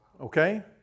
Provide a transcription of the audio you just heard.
okay